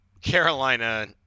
Carolina